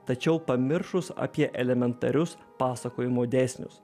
tačiau pamiršus apie elementarius pasakojimo dėsnius